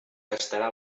estarà